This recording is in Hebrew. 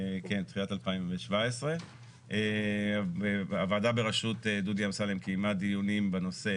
תחילת 2017. הוועדה בראשות דודי אמסלם קיימה דיונים בנושא